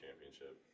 championship